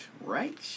right